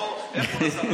איך הוא נסע,